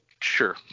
sure